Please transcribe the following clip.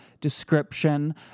description